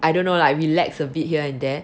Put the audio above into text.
I don't know lah relax a bit here and there